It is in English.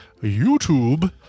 YouTube